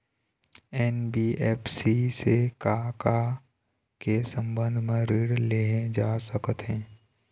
NBFC से का का के संबंध म ऋण लेहे जा सकत हे?